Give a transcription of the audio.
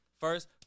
First